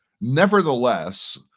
Nevertheless